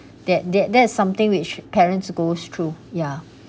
that that that is something which parents goes through ya